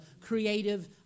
creative